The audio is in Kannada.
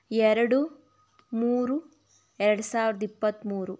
ಎರಡು ಮೂರು ಎರಡು ಸಾವಿರದ ಇಪ್ಪತ್ತ್ಮೂರು